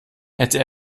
hätte